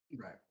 Right